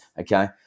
okay